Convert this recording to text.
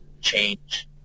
change